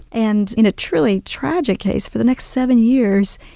and in a truly tragic case, for the next seven years,